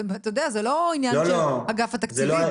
אתה יודע, זה לא עניין של אגף התקציבים.